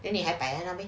then 你还摆在那里